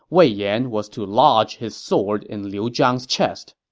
wei yan was to lodge his sword in liu zhang's chest